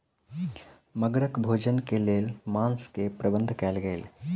मगरक भोजन के लेल मांस के प्रबंध कयल गेल